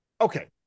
Okay